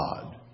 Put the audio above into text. God